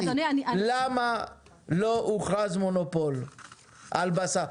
למה לא הוכרז מונופול בשר?